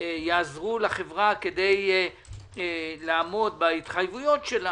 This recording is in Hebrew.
שיעזרו לחברה כדי לעמוד בהתחייבות שלה